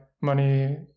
Money